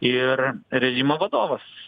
ir režimo vadovas